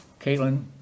Caitlin